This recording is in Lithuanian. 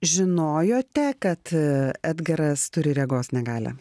žinojote kad edgaras turi regos negalią